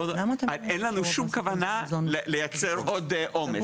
אין לנו שום כוונה לייצר עוד עומס.